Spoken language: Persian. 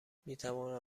میتوان